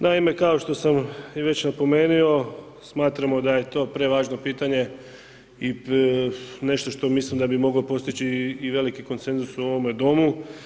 Naime, kao što sam već i napomenuo, smatramo da je to prevažno pitanje i nešto što o mislim da bi moglo postići i veliki konsenzus u ovome Domu.